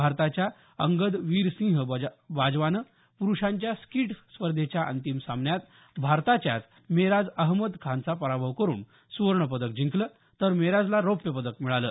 भारताच्या अंगद वीरसिंह बाजवानं प्रुषांच्या स्कीट स्पर्धेच्या अंतिम सामन्यात भारताच्याच मेराज अहमद खानचा पराभव करुन सुवर्ण पदक जिंकलं तर मेराजला रौप्य पदक मिळालं